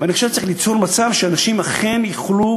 ואני חושב שצריך ליצור מצב שאנשים אכן יוכלו